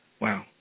Wow